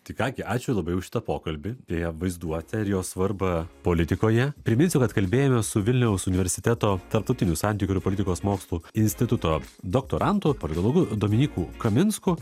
tai ką gi ačiū labai už šitą pokalbį pie vaizduotę ir jos svarbą politikoje priminsiu kad kalbėjomės su vilniaus universiteto tarptautinių santykių ir politikos mokslų instituto doktorantu politologu dominyku kaminsku